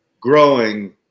growing